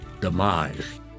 demise